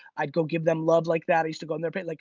i'd go give them love like that. i used to go on their page. like